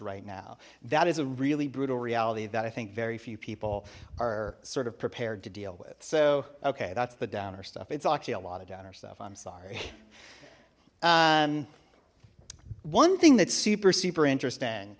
right now that is a really brutal reality that i think very few people are sort of prepared to deal with so okay that's the downer stuff it's actually a lot of downer stuff i'm sorry one thing that's super super interest